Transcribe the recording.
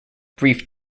brief